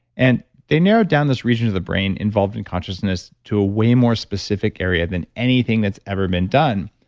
and they narrowed down this region of the brain involving consciousness to a way more specific area than anything that's ever been done.